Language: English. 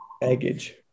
baggage